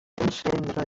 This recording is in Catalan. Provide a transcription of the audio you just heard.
encendre